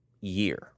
year